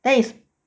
that is